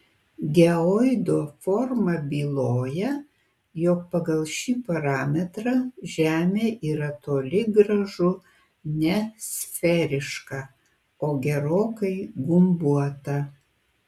geoido forma byloja jog pagal šį parametrą žemė yra toli gražu ne sferiška o gerokai gumbuota